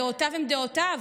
דעותיו הן דעותיו,